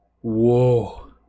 Whoa